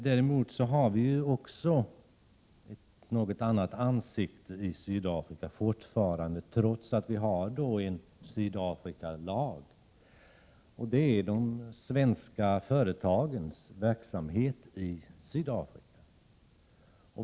Däremot har vi fortfarande även ett annat ansikte i Sydafrika, trots att vi har en Sydafrikalag, och det är de svenska företagens verksamhet där.